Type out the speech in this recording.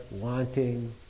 wanting